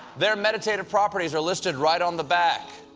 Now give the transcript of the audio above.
their meditative properties are listed right on the back